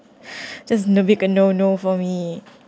just no big no no for me